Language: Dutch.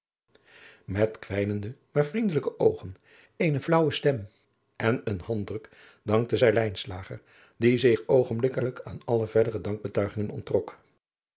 met kwijnende maar vriendelijke oogen eene staauwe stem en een handdruk dankte zij lijnslager die zich oogenblikkelijk aan alle verdere dankbetuigingen onttrok